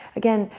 again,